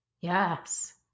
Yes